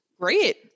Great